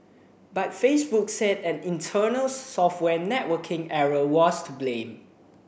but Facebook said an internal software networking error was to blame